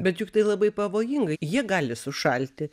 bet juk tai labai pavojinga jie gali sušalti